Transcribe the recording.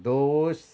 दोस